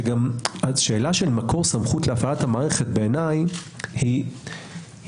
שאלה של מקור סמכות להפעלת המערכת בעיניי לא